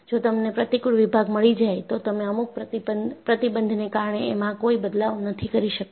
જો તમને પ્રતિકુળ વિભાગ મળી જાય તો તમે અમુક પ્રતિબંધને કારણે એમાં કોઈ બદલાવ નથી કરી શકતા